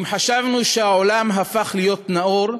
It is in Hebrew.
אם חשבנו שהעולם הפך להיות נאור,